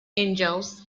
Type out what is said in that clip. angels